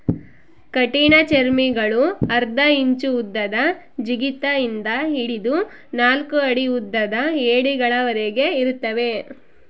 ಕಠಿಣಚರ್ಮಿಗುಳು ಅರ್ಧ ಇಂಚು ಉದ್ದದ ಜಿಗಿತ ಇಂದ ಹಿಡಿದು ನಾಲ್ಕು ಅಡಿ ಉದ್ದದ ಏಡಿಗಳವರೆಗೆ ಇರುತ್ತವೆ